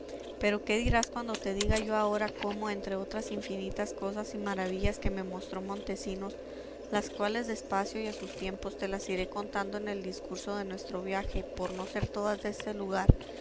pero qué dirás cuando te diga yo ahora cómo entre otras infinitas cosas y maravillas que me mostró montesinos las cuales despacio y a sus tiempos te las iré contando en el discurso de nuestro viaje por no ser todas deste lugar